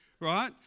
right